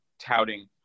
touting